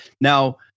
Now